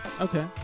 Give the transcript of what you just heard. Okay